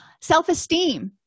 Self-esteem